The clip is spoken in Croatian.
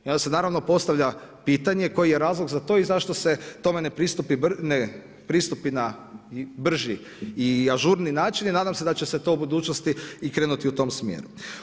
I onda se postavlja pitanje, koji je razlog za to i zašto se tome ne pristupi na brži i ažurniji način i nadam se da će se to u budućnosti krenuti u tom smjeru.